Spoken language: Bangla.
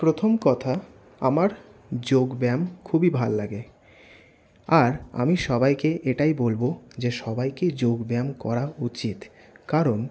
প্রথম কথা আমার যোগ ব্যায়াম খুবই ভাল লাগে আর আমি সবাইকে এটাই বলব যে সবাইকে যোগ ব্যায়াম করা উচিত কারণ